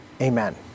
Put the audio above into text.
Amen